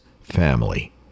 family